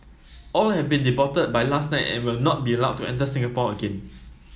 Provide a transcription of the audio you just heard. all have been deported by last night and will not be allowed to enter Singapore again